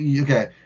okay